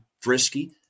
frisky